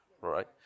right